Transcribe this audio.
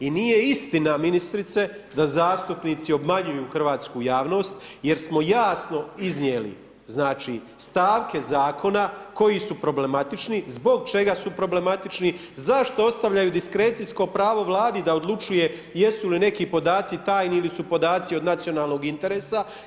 I nije istina ministrice, da zastupnici obmanjuju hrvatsku javnost jer smo jasno iznijeli stavke zakona koji su problematični, zbog čega su problematični, zašto ostavljaju diskrecijsko pravo Vladi da odlučuje jesu li neki podaci tajni ili su podaci od nacionalnog interesa.